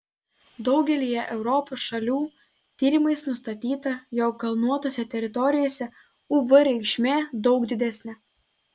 daugelyje europos šalių tyrimais nustatyta jog kalnuotose teritorijose uv reikšmė daug didesnė